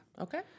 Okay